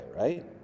right